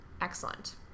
Excellent